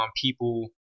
people